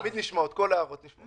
כל ההערות נשמעות.